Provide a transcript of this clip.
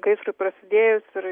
gaisrui prasidėjus ir